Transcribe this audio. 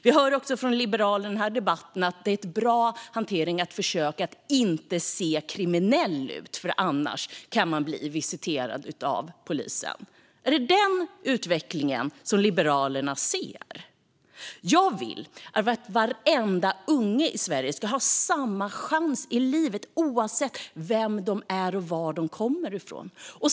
Vi hör också från liberalen i denna debatt att det är en bra hantering att försöka att inte se kriminell ut, för annars kan man bli visiterad av polisen. Är det den utvecklingen som Liberalerna ser? Jag vill att alla ungar i Sverige ska ha samma chanser i livet oavsett vilka de är och varifrån de kommer.